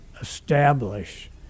establish